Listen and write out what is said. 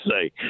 say